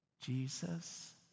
Jesus